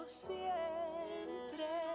siempre